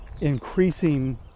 increasing